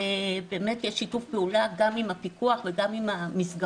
ובאמת יש שיתוף פעולה גם עם הפיקוח וגם המסגרות,